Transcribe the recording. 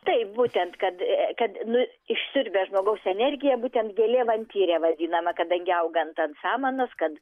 taip būtent kad kad nu išsiurbia žmogaus energiją būtent gėlė vampyrė vadinama kadangi auga ant ant samanos kad